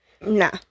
nah